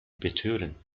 betören